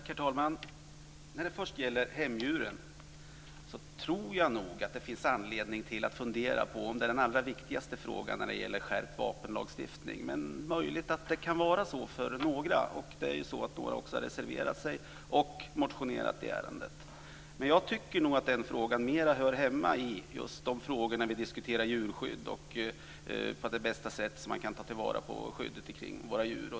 Herr talman! Först gäller det hemdjuren. Jag tror att det finns anledning att fundera över om det är den allra viktigaste frågan när det gäller skärpt vapenlagstiftning. Men det är möjligt att det kan vara så för några. Några har ju också reserverat sig och motionerat i ärendet. Men jag tycker nog att den frågan mer hör hemma i de sammanhang då vi diskuterar djurskydd och det bästa sättet att ta till vara skyddet kring våra djur.